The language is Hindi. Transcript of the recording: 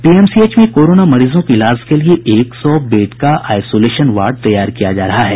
पीएमसीएच में कोरोना मरीजों के इलाज के लिए एक सौ बेड का आईसोलेशन वार्ड तैयार किया जा रहा है